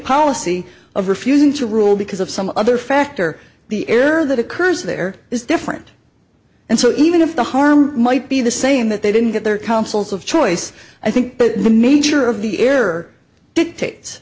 policy of refusing to rule because of some other factor the error that occurs there is different and so even if the harm might be the same that they didn't get their councils of choice i think the nature of the error dictates